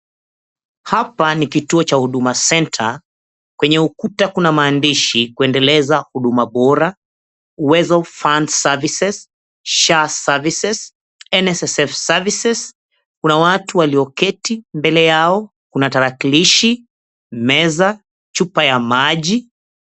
Hapa ni kituo cha huduma center. Kwenye ukuta kuna maandishi kuendeleza huduma bora, uwezo funds services, SHA services, NSSF services. Kuna watu walioketi mbele yao kuna tarakilishi, meza, chupa ya maji.